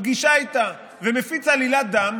ובפגישה איתה מפיץ עלילת דם.